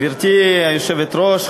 גברתי היושבת-ראש,